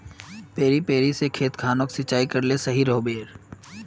डिरिपयंऋ से खेत खानोक सिंचाई करले सही रोडेर?